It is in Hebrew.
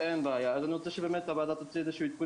אז אני רוצה שהוועדה תוציא איזשהו עדכון